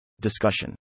Discussion